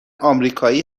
آمریکایی